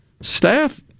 staff